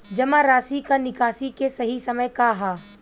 जमा राशि क निकासी के सही समय का ह?